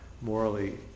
morally